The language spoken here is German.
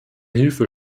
hilfe